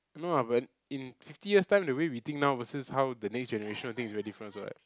no lah but in fifty years time the way we think now versus how the next generation think is very different also [what]